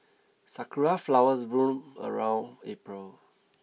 sakura flowers bloom around April